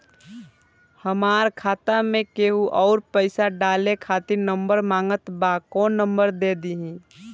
हमार खाता मे केहु आउर पैसा डाले खातिर नंबर मांगत् बा कौन नंबर दे दिही?